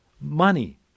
money